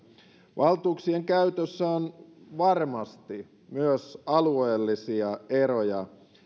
valtuuksien käytössä on varmasti myös alueellisia eroja